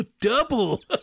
Double